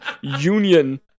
Union